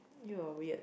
you're weird